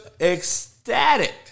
ecstatic